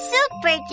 Super